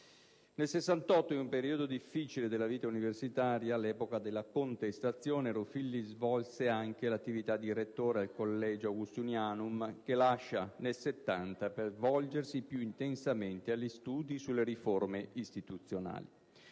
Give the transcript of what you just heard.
Nel '68, in un periodo difficile della vita universitaria, all'epoca della contestazione, Ruffilli svolse anche l'attività di rettore al Collegio Augustinianum, che lascia nel '70 per volgersi più intensamente agli studi sulle riforme istituzionali.